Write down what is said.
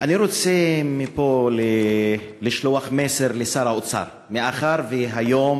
אני רוצה מפה לשלוח מסר לשר האוצר, מאחר שהיום,